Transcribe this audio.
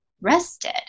rested